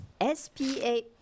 S-P-A